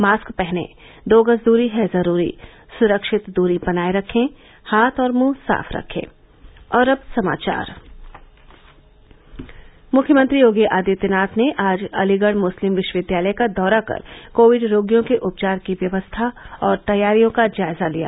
mask पहनें दो गज दूरी है जरूरी सुरक्षित दूरी बनाये रखें हाथ और मुंह साफ रखें मुख्यमंत्री योगी आदित्यनाथ ने आज अलीगढ़ मुस्लिम विश्वविद्यालय का दौरा कर कोविड रोगियों के उपचार की व्यवस्था और तैयारियों का जायजा लिया